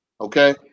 Okay